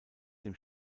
dem